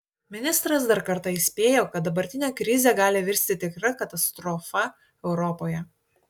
ministras dar kartą įspėjo kad dabartinė krizė gali virsti tikra katastrofa europoje